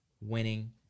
winning